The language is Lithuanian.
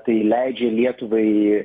tai leidžia lietuvai